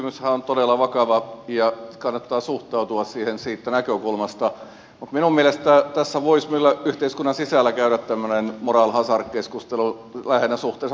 kysymyshän on todella vakava ja kannattaa suhtautua siihen siitä näkökulmasta mutta minun mielestäni tässä voisi vielä yhteiskunnan sisällä käydä tällaisen moral hazard keskustelun lähinnä suhteessa pankkeihin